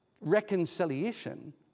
reconciliation